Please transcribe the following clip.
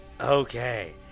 Okay